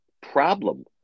problem